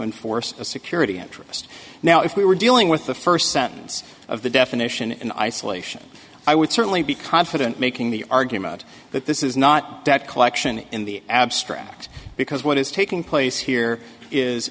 enforce a security interest now if we were dealing with the first sentence of the definition in isolation i would certainly be confident making the argument that this is not that collection in the abstract because what is taking place here is